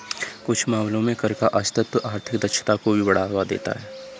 कुछ मामलों में कर का अस्तित्व आर्थिक दक्षता को भी बढ़ावा देता है